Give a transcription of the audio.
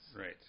Right